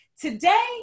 Today